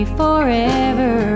forever